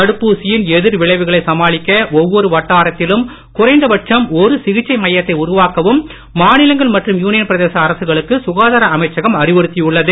தடுப்பூசியின் எதிர் விளைவுகளை சமாளிக்க ஒவ்வொரு வட்டாரத்திலும் குறைந்த பட்சம் ஒரு சிகிச்சை மையத்தை உருவாக்கவும் மாநிலங்கள் மற்றும் யூனியன் பிரதேச அரசுகளுக்கு சுகாதார அமைச்சகம் அறிவுறுத்தியுள்ளது